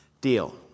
deal